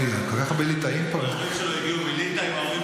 אוי, כל כך הרבה ליטאים פה.